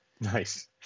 nice